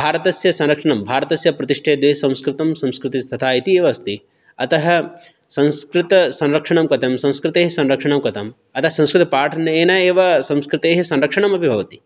भारतस्य संरक्षणं भारतस्य प्रतिष्ठे द्वे संस्कृतं संस्कृतिस्तथा इति एव अस्ति अतः संस्कृतसंरक्षणं कथम् संस्कृतेः संरक्षणं कथम् अतः संस्कृतपाठनेन एव संस्कृतेः संरक्षणम् अपि भवति